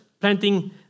planting